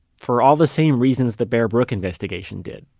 for all the same reasons the bear brook investigation did.